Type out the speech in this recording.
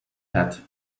hat